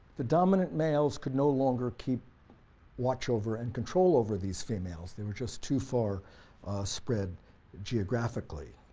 the dominant males could no longer keep watch over and control over these females, they were just too far spread geographically.